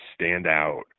standout